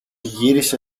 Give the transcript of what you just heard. γύρισε